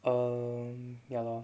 um ya lor